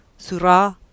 Surah